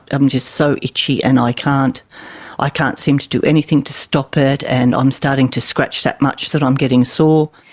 i'm just so itchy and i can't i can't seem to do anything to stop it, and i'm starting to scratch that much that i'm getting sore.